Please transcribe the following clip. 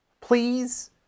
please